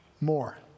more